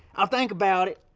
i'll think about it.